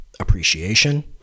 appreciation